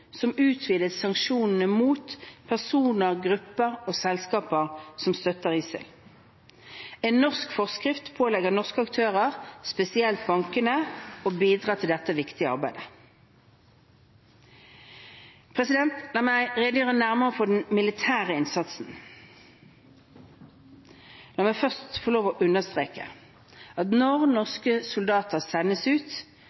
som utvidet sanksjonene mot personer, grupper og selskaper som støtter ISIL. En norsk forskrift pålegger norske aktører, spesielt bankene, å bidra til dette viktige arbeidet. La meg redegjøre nærmere for den militære innsatsen. La meg først understreke at når